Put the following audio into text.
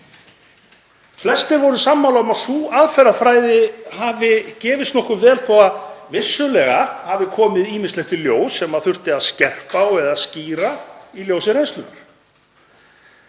Flestir voru sammála um að sú aðferðafræði hefði gefist nokkuð vel þó að vissulega hafi ýmislegt komið í ljós sem þurfti að skerpa á eða skýra í ljósi reynslunnar.